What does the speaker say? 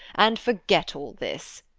and forget all this,